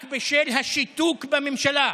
רק בשל השיתוק בממשלה,